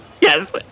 Yes